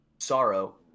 sorrow